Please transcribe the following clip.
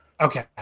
Okay